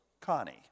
Connie